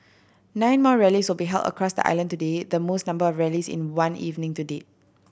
nine more rallies will be held across the island today the most number of rallies in one evening to date